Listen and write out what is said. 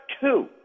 two